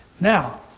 Now